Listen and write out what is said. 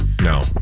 No